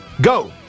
go